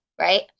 right